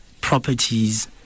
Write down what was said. properties